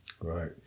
Right